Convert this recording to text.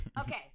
Okay